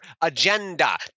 agenda